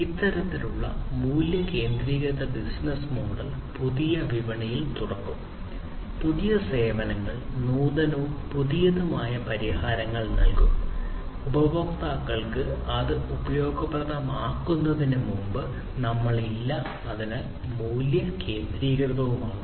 ഇത്തരത്തിലുള്ള മൂല്യ കേന്ദ്രീകൃത ബിസിനസ്സ് മോഡൽ പുതിയ വിപണികൾ തുറക്കും പുതിയ സേവനങ്ങൾ നൂതനവും പുതിയതുമായ പരിഹാരങ്ങൾ നൽകും ഉപഭോക്താക്കൾക്ക് ഇത് ഉപയോഗപ്രദമാകുന്നതിനുമുമ്പ് നമ്മൾ ഇല്ല അതിനാൽ മൂല്യ കേന്ദ്രീകൃതമാണ്